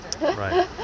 Right